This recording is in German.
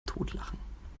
totlachen